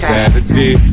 Saturday